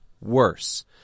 worse